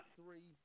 three